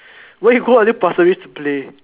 why you go until Pasir-Ris to play